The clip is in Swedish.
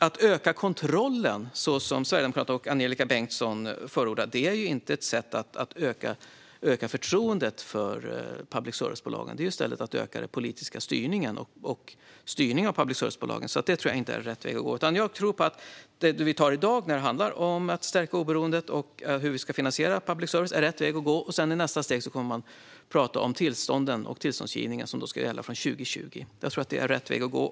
Att öka kontrollen, som Sverigedemokraterna och Angelika Bengtsson förordar, är inte ett sätt att öka förtroendet för public service-bolagen. Det är i stället att öka den politiska styrningen av public service-bolagen. Det är inte rätt väg att gå. Jag tror att det beslut vi ska fatta i dag, som handlar om att stärka oberoendet och finansieringen av public service, är rätt väg att gå. I nästa steg kommer man att tala om tillstånden och tillståndsgivningen, som då ska gälla från 2020. Det är rätt väg att gå.